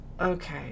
Okay